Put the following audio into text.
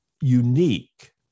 unique